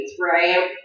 right